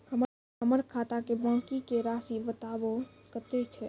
हमर खाता के बाँकी के रासि बताबो कतेय छै?